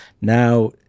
Now